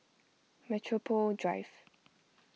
Metropole Drive